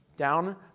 down